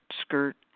skirt